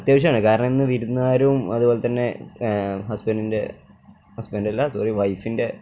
അത്യാവശ്യമാണ് കാരണം ഇന്ന് വിരുന്നുകാരും അതുപോലെത്തന്നെ ഹസ്ബൻഡിൻ്റെ ഹസ്ബൻഡല്ല സോറി വൈഫിൻ്റെ